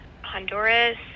honduras